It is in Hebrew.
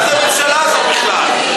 מה זו הממשלה הזאת בכלל?